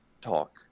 talk